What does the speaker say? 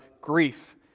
grief